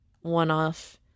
one-off